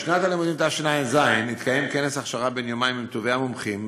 בשנת הלימודים תשע"ז התקיים כנס הכשרה בן יומיים עם טובי המומחים.